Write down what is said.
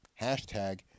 hashtag